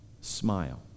smile